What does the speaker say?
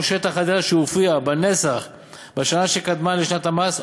או שטח הדירה שהופיע בנסח בשנה שקדמה לשנת המס,